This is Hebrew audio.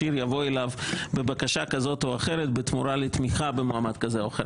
עיר יבוא אליו בבקשה כזאת או אחרת בתמורה לתמיכה במועמד כזה או אחר.